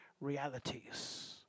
realities